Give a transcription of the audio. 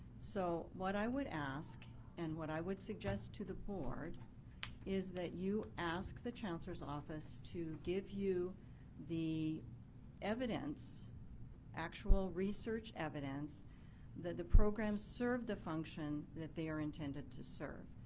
so, what i would ask and what i would suggest to the board is that you ask the chancellor's office to give you the evidence actual research evidence that the program serve the function that they are intended to serve.